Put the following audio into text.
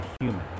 human